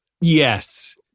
yes